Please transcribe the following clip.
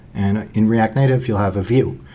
and in react native you'll have a view.